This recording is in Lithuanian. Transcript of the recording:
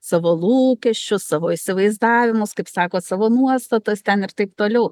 savo lūkesčius savo įsivaizdavimus kaip sakot savo nuostatas ten ir taip toliau